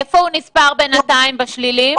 איפה הוא נספר בינתיים, בשליליים?